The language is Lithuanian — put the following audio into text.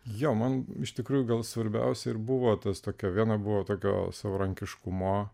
jo man iš tikrųjų gal svarbiausia ir buvo tas tokio vieno buvo tokio savarankiškumo